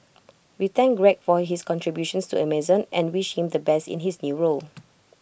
we thank Greg for his contributions to Amazon and wish him the best in his new role